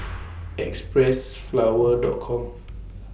Xpressflower Dot Com